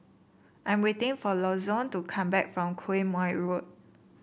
I am waiting for Lonzo to come back from Quemoy Road